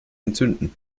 entzünden